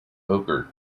ogre